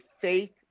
faith